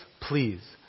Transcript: please